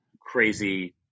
crazy